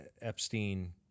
Epstein